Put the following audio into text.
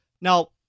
Now